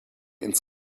ins